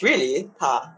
really 她